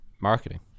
marketing